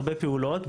הרבה פעולות,